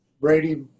Brady